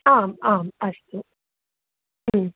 हा हा अस्तु